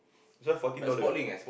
this one fourteen dollar